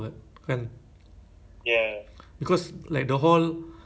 then yang students yang lain all pergi normal classroom ah